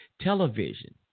television